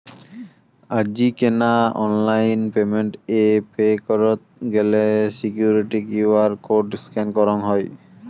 আজিকেনা online payment এ pay করত গেলে সিকুইরিটি কিউ.আর কোড স্ক্যান করঙ হই